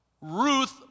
Ruth